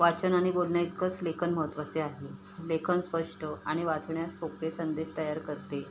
वाचन आणि बोलण्याइतकंच लेखन महत्त्वाचे आहे लेखन स्पष्ट आणि वाचण्यास सोपे संदेश तयार करते